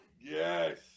Yes